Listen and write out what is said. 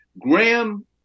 Graham